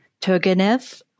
Turgenev